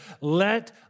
let